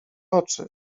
oczy